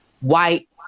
white